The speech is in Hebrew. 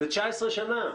19 שנים.